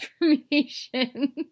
information